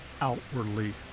outwardly